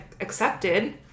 accepted